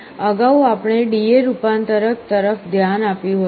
અગાઉ આપણે DA રૂપાંતરક તરફ ધ્યાન આપ્યું હતું